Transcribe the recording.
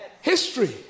History